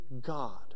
God